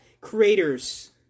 creators